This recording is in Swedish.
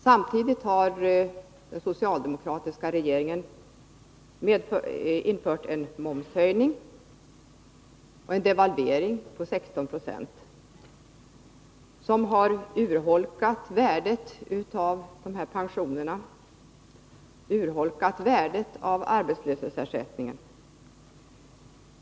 Samtidigt har ju emellertid den socialdemokratiska regeringen infört en momshöjning och genomfört en devalvering på 16 26 som har urholkat värdet av pensionerna och av arbetslöshetsersättningen.